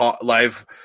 live